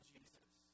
Jesus